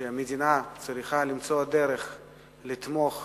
שהמדינה צריכה למצוא דרך לתמוך,